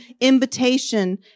invitation